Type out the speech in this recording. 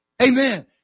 Amen